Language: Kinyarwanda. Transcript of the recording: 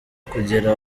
kugera